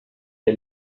der